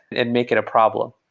and make it a problem.